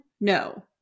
No